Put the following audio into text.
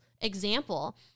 example